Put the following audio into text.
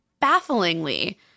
bafflingly